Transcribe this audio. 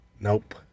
Nope